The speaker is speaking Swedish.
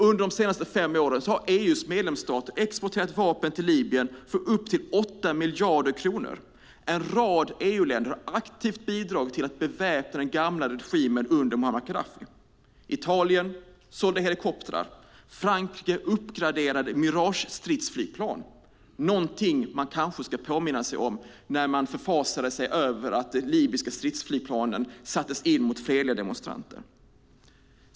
Under de senaste fem åren har EU:s medlemsstater exporterat vapen till Libyen för upp till 8 miljarder kronor. En rad EU-länder har aktivt bidragit till att beväpna den gamla regimen under Muammar Gaddafi. Italien sålde helikoptrar, och Frankrike uppgraderade Mirage-stridsflygplan. Det är någonting man kanske ska påminna sig om när man förfasar sig över att de libyska stridsflygplanen sattes in mot fredliga demonstranter.